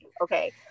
okay